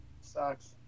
sucks